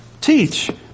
teach